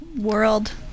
world